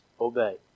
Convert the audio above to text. obey